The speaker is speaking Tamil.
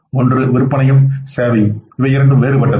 ஒன்று விற்பனையும் சேவையும் வேறுபட்டது